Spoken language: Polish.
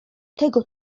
tego